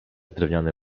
drewniany